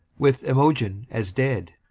with imogen as dead,